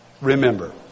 Remember